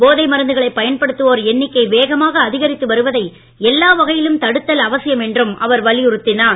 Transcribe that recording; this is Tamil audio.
போதை மருந்துகளை பயன்படுத்துவோர் எண்ணிக்கை வேகமாக அதிகரித்து வருவதை எல்லா வகையிலும் தடுத்தல் அவசியம் என்றும் அவர் வலியுறுத்தினார்